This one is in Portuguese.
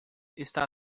está